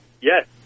Yes